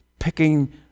picking